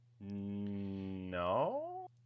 No